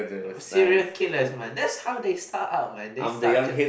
serial killers man that's how they start out man they start kn~